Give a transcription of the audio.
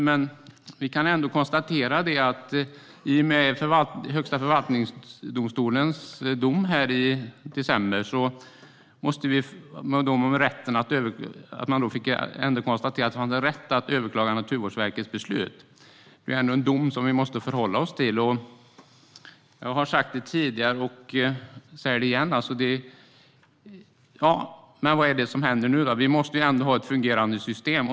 Men vi kan ändå konstatera att i och med Högsta förvaltningsdomstolens dom här i december så har man rätt att överklaga Naturvårdsverkets beslut. Det är en dom som vi måste förhålla oss till. Jag har sagt det tidigare, och jag säger det igen: Vad är det som händer nu? Vi måste ändå ha ett fungerande system.